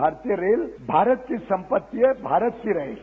भारतीय रेल भारत की संपत्ति है भारत की रहेगी